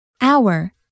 hour